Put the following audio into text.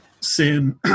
sin